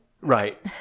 right